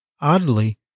Oddly